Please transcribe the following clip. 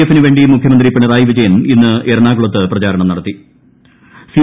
എഫിനു വേണ്ടി മുഖ്യമന്ത്രി പിണറായി വിജയൻ ഇന്ന് എറണാകുളത്ത് പ്രചാരണം സി